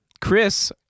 Chris